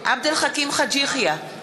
עבד אל חכים חאג' יחיא,